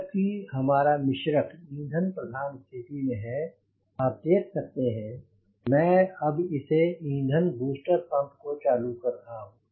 जब कि हमारा मिश्रक ईंधन प्रधान स्थिति में हैआप देख सकते हैं मैं अब इसे ईंधन बूस्टर पंप को चालू कर रहा हूँ